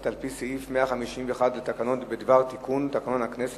על-פי סעיף 151 לתקנון בדבר תיקון תקנון הכנסת,